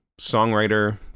songwriter